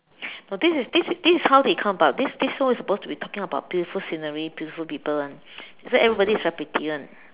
but this is this is this is how they come about this this show is suppose to be talking about beautiful scenery beautiful people [one] that's why everybody is very pretty [one]